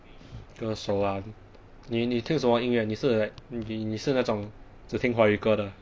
歌手 ah 你你听什么音乐你是 like 你你是哪种 like 只听华语歌的 ah